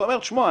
אתה אומר: תשמע,